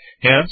Hence